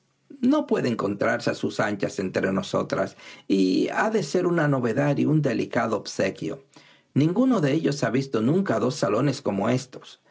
no puede encontrarse a sus anchas entre nosotros ha de ser una novedad y un delicado obsequio ninguno de ellos ha visto nunca dos salones como éstos